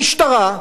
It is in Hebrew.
המשטרה,